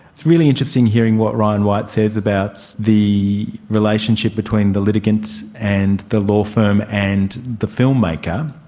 it's really interesting hearing what ryan white says about the relationship between the litigant and the law firm and the filmmaker.